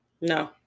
no